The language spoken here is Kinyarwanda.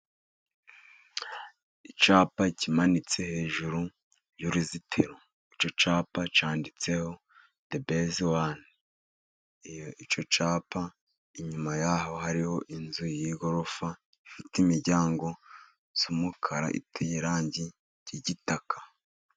Icyapa kimanitse hejuru y'uruzitiro. Icyo cyapa cyanditseho Debezewane. Icyo cyapa inyuma yaho hariho inzu y'igorofa, ifite imiryango isa umukara, iteye irangi ry'igitaka.